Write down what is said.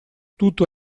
tutto